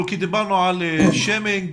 דיברנו על שיימינג,